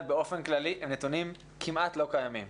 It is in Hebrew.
באופן כללי הם נתונים כמעט לא קיימים.